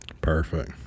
Perfect